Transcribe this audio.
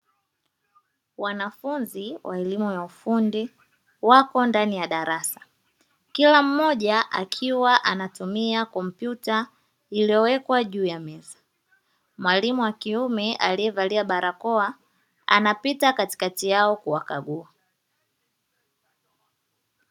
Wanafunzi wa elimu ya ufundi wako ndani ya darasa kila mmoja, akiwa anatumia kompyuta iliyowekwa juu ya meza mwalimu wa kiume aliyevalia barakoa anapita katikati yao kuwakagua.